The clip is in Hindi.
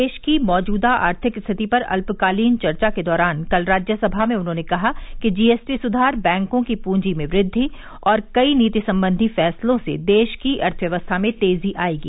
देश की मौजूदा आर्थिक स्थिति पर अल्पकालीन चर्चा के दौरान कल राज्यसभा में उन्होंने कहा कि जीएसटी सुधार बैंकों की पूंजी में वृद्वि और कई नीति संबंधी फैसलों से देश की अर्थव्यवस्था में तेजी आयेगी